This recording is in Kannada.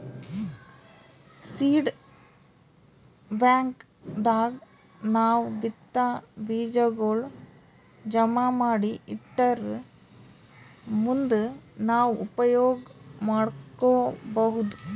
ಸೀಡ್ ಬ್ಯಾಂಕ್ ದಾಗ್ ನಾವ್ ಬಿತ್ತಾ ಬೀಜಾಗೋಳ್ ಜಮಾ ಮಾಡಿ ಇಟ್ಟರ್ ಮುಂದ್ ನಾವ್ ಉಪಯೋಗ್ ಮಾಡ್ಕೊಬಹುದ್